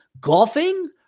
golfing